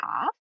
off